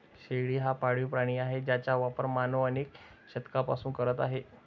शेळी हा पाळीव प्राणी आहे ज्याचा वापर मानव अनेक शतकांपासून करत आहे